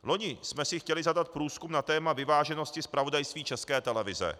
Loni jsme si chtěli zadat průzkum na téma vyváženosti zpravodajství České televize.